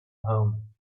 home